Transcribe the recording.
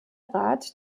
rat